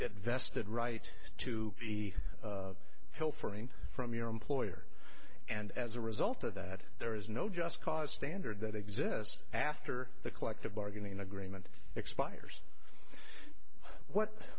it vested right to be pilfering from your employer and as a result of that there is no just cause standard that exists after the collective bargaining agreement expires what